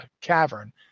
cavern